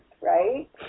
Right